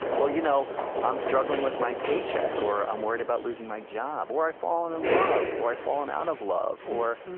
or, you know i'm struggling with my paycheck. or, i'm worried about losing my job. or, i've fallen in love. or, i've fallen out of love. or,